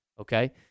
Okay